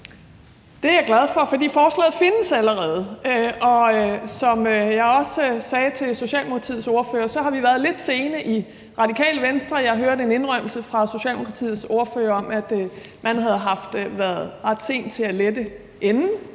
Det er jeg glad for, for forslaget findes allerede. Som jeg også sagde til Socialdemokratiets ordfører, har vi været lidt sent ude i Radikale Venstre; jeg hørte en indrømmelse fra Socialdemokratiets ordfører af, at man havde været ret sen til at lette enden